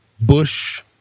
Bush